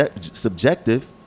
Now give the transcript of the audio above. subjective